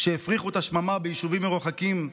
שהפריחו את השממה ביישובים מרוחקים,